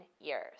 years